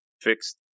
fixed